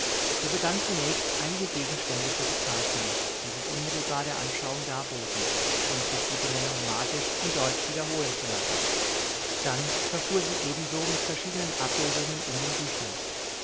sie begann zunächst einige gegenstände zu bezeichnen die sich unmittelbar der anschauung darboten und sich die benennung martisch und deutsch wiederholen zu lassen dann verfuhr sie ebenso mit verschiedenen abbildungen in den büchern